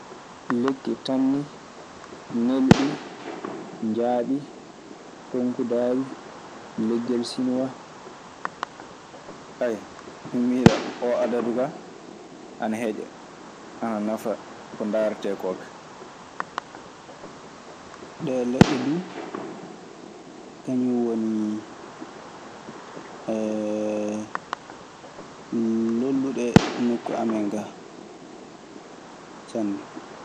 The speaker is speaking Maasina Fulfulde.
Lekki tanni, nelɓi, njaambi, ponkudaawi, legel cinuwa. miɗe miila oo adadu kaa ana heƴa, ana nafa ko ndaaretee ko ka. Ɗee leɗɗe du, kañun woni lolluɗe nokku amen gaa sanne.